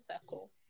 Circle